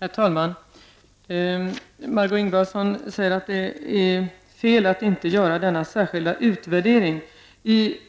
Herr talman! Margö Ingvardsson säger att det är fel att inte göra denna särskilda utvärdering. Av